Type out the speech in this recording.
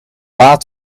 laat